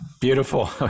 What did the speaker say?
Beautiful